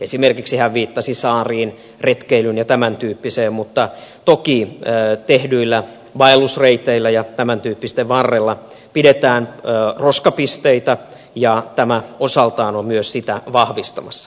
esimerkiksi hän viittasi saariin retkeilyyn ja tämäntyyppiseen mutta toki tehdyillä vaellusreiteillä ja tämäntyyppisten varrella pidetään roskapisteitä ja tämä osaltaan on myös sitä vahvistamassa